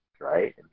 right